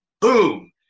boom